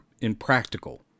impractical